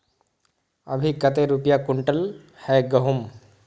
अभी कते रुपया कुंटल है गहुम?